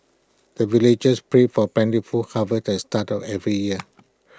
the villagers pray for plentiful harvest at the start of every year